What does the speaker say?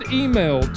email